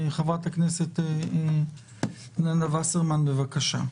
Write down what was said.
חברת הכנסת רות וסרמן לנדה, בבקשה.